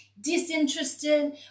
disinterested